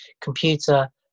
computer